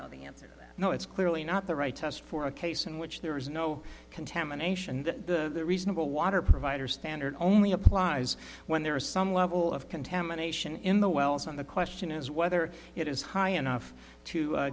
know the answer no it's clearly not the right test for a case in which there is no contamination and the reasonable water provider standard only applies when there is some level of contamination in the wells on the question is whether it is high enough to